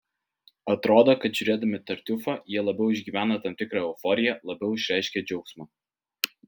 atrodo kad žiūrėdami tartiufą jie labiau išgyvena tam tikrą euforiją labiau išreiškia džiaugsmą